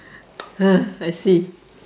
I see